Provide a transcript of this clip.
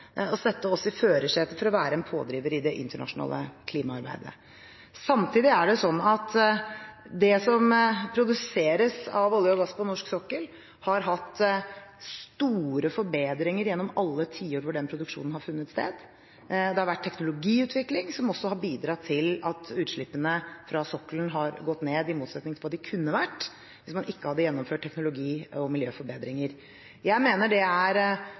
sette oss i førersetet for å være en pådriver i det internasjonale klimaarbeidet. Samtidig er det sånn at det som produseres av olje og gass på norsk sokkel, har hatt store forbedringer gjennom alle tiår hvor den produksjonen har funnet sted. Det har vært teknologiutvikling som også har bidratt til at utslippene fra sokkelen har gått ned, i motsetning til hva de kunne vært hvis man ikke hadde gjennomført teknologi- og miljøforbedringer. Jeg mener det er